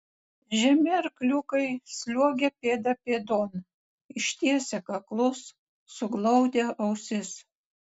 žemi arkliukai sliuogė pėda pėdon ištiesę kaklus suglaudę ausis